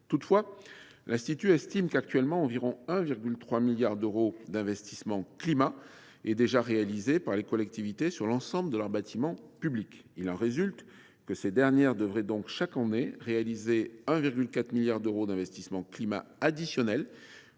Toutefois, l’institut estime qu’actuellement environ 1,3 milliard d’euros d’investissements « climat » sont déjà réalisés par les collectivités sur l’ensemble de leurs bâtiments publics. Aussi, ces dernières devraient donc, chaque année, réaliser 1,4 milliard d’euros d’investissements « climat » additionnels